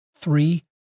three